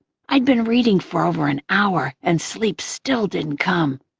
i'd been reading for over an hour and sleep still didn't come.